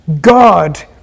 God